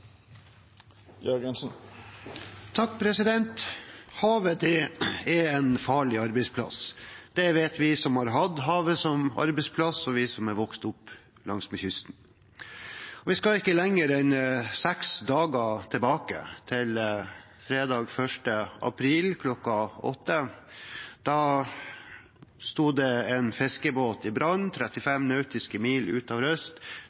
Havet er en farlig arbeidsplass. Det vet vi som har hatt havet som arbeidsplass, og vi som er oppvokst langs kysten. Vi skal ikke lenger en seks dager tilbake, til fredag den 1. april kl. 8. Da sto det en fiskebåt i brann 35 nautiske mil utenfor Røst.